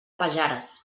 pajares